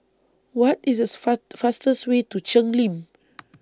What IS These Far fastest Way to Cheng Lim